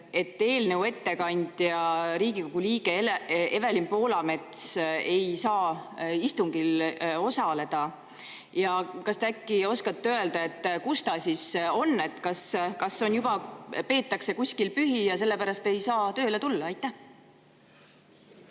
eelnõu ettekandja, Riigikogu liige Evelin Poolamets ei saa istungil osaleda? Ja kas te äkki oskate öelda, kus ta siis on, kas juba peetakse kuskil pühi ja sellepärast ei saanud tööle tulla? Aitäh,